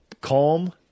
calm